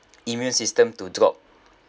immune system to drop